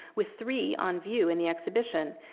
with three on view in the exhibition.